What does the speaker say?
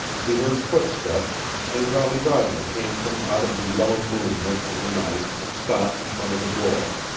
he heard footsteps, and jolly roger came from out of the yellow moon-mist of the night and stopped in front of the door.